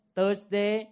Thursday